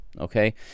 okay